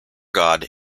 god